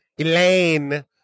Elaine